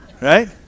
Right